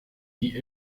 wie